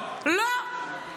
לא.